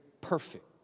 perfect